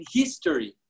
history